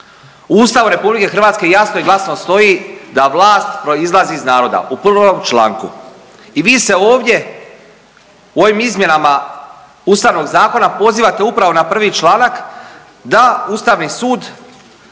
U Ustavu RH jasno i glasno stoji da vlast proizlazi iz naroda u 1. članku i vi se ovdje u ovim izmjenama Ustavnog zakona pozivate upravo na 1. članak da Ustavni sud